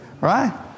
right